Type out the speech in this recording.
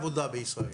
העובדים,